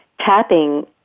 tapping